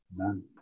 Amen